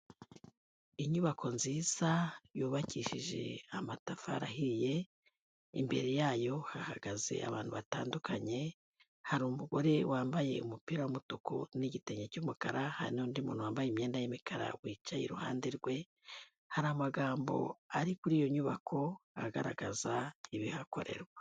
Inyubako nziza yubakishije amatafari ahiye, imbere yayo hahagaze abantu batandukanye, hari umugore wambaye umupira w'umutuku n'igitenge cy'umukara, hari n'undi muntu wambaye imyenda y'imikara wicaye iruhande rwe, hari amagambo ari kuri iyo nyubako agaragaza ibihakorerwa.